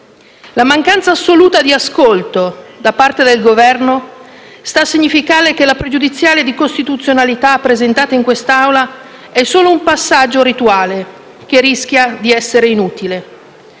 La mancanza assoluta di ascolto da parte del Governo sta a significare che la pregiudiziale di costituzionalità presentata in quest'Assemblea è solo un passaggio rituale che rischia di essere inutile.